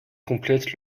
complète